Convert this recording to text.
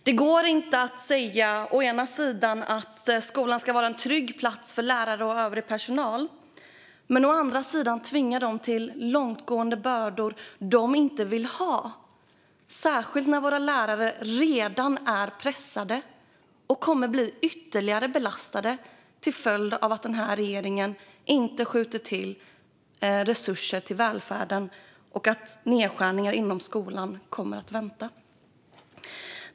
Det går inte att å ena sidan säga att skolan ska vara en trygg plats för lärare och övrig personal, å andra sidan tvinga på dem långtgående bördor som de inte vill ha, särskilt när våra lärare redan är pressade och kommer att bli ytterligare belastade till följd av att denna regering inte skjuter till resurser till välfärden och att nedskärningar inom skolan kommer att vänta.